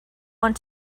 want